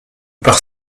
par